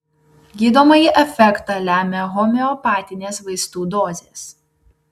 gydomąjį efektą lemia homeopatinės vaistų dozės